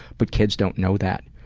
but kids don't know that.